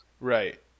Right